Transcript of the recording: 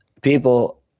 people